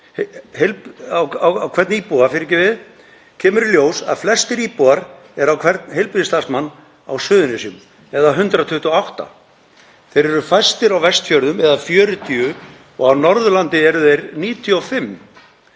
hvern íbúa kemur í ljós að flestir íbúar eru á hvern heilbrigðisstarfsmann á Suðurnesjum, eða 128. Þeir eru fæstir á Vestfjörðum eða 40, og á Norðurlandi eru þeir 95.